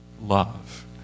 love